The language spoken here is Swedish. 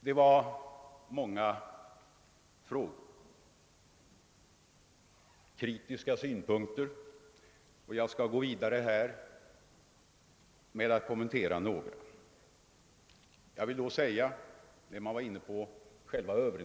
Det är många frågor som har ställts och många kritiska synpunkter som har framförts. Jag skall gå vidare med att göra några kommentarer.